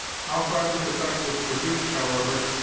how far this effect was produced, however,